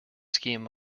scheme